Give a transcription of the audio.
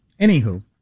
Anywho